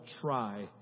try